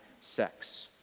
sex